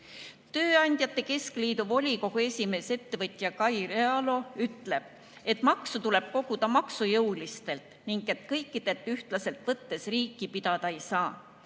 Tööandjate keskliidu volikogu esimees, ettevõtja Kai Realo ütleb, et maksu tuleb koguda maksujõulistelt ning et kõikidelt ühtlaselt võttes riiki pidada ei saa.